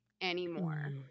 anymore